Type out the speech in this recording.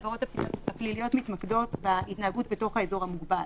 העבירות הפליליות מתמקדות בהתנהגות בתוך האזור המוגבל.